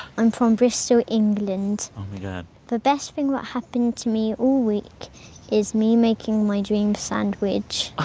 i'm from bristol, england the best thing that happened to me all week is me making my dream sandwich.